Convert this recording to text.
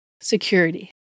Security